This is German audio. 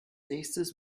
nächstes